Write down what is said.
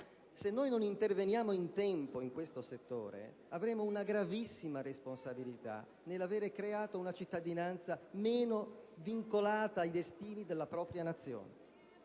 Se noi non interveniamo in tempo in questo settore, avremo una gravissima responsabilità nell'aver creato una cittadinanza meno vincolata ai destini della propria nazione.